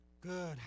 Good